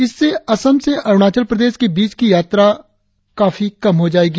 इससे असम से अरुणाचल प्रदेश के बीच की यात्रा दूरी काफी कम हो जाएगी